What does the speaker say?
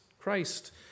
Christ